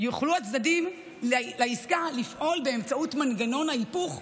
יוכלו הצדדים לעסקה לפעול באמצעות מנגנון ההיפוך,